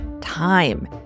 time